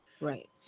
Right